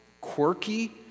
quirky